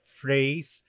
phrase